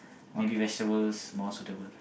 maybe vegetables more suitable